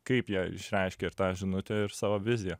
kaip jie išreiškia ir tą žinutę ir savo viziją